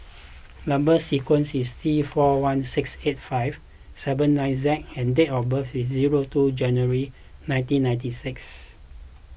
Number Sequence is T four one six eight five seven nine Z and date of birth is zero two January nineteen ninety six